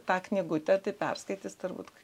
tą knygutę tai perskaitys turbūt